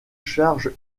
charge